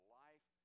life